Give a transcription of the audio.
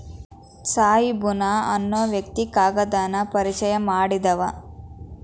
ತ್ಸಾಯಿ ಬುನಾ ಅನ್ನು ವ್ಯಕ್ತಿ ಕಾಗದಾನ ಪರಿಚಯಾ ಮಾಡಿದಾವ